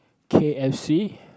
K_F_C